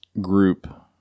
group